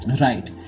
Right